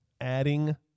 adding